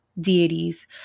deities